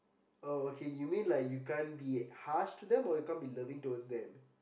oh okay you mean like you can't be harsh to them or you can't be loving towards them